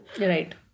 Right